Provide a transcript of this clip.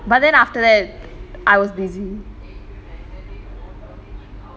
but then after that I was busy